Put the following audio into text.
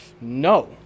No